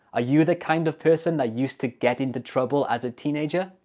ah you the kind of person that used to get into trouble as a teenager?